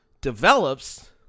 develops